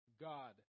God